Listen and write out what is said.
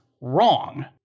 wrong